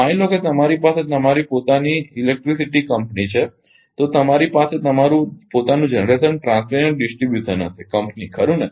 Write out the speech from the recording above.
માની લો કે તમારી પાસે તમારી પોતાની વીજ કંપની છે તો તમારી પાસે તમારું પોતાનું જનરેશન ટ્રાન્સમીશન અને ડીસ્ટ્રીબ્યુશન હશે કંપની ખરુ ને